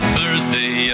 Thursday